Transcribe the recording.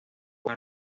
con